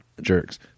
jerks